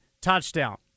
touchdown